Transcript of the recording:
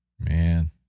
Man